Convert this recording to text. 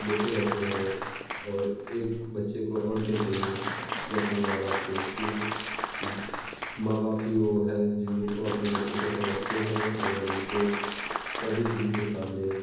देते रहते हैं और एक बच्चे को और क्या चाहिए कि अपने माँ बाप से क्योंकि माँ बाप ही वो है जिन्हें वो अपने बच्चे को समझते हैं और उनको कभी किसी के सामने